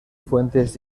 fuentes